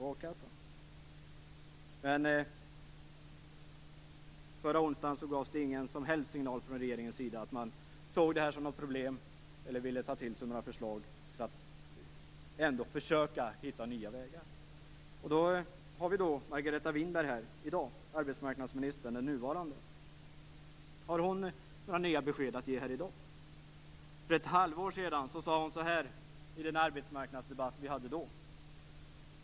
Men förra onsdagen gavs ingen som helst signal från regeringens sida att man såg det här som ett problem eller att man ville ta till sig av förslag för att försöka hitta nya vägar. I dag har vi den nuvarande arbetsmarknadsministern här, Margareta Winberg. Har hon några nya besked att ge i dag? För ett halvår sedan hade vi en arbetsmarknadsdebatt.